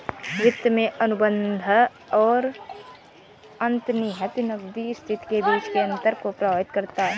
वित्त में अनुबंध और अंतर्निहित नकदी स्थिति के बीच के अंतर को प्रभावित करता है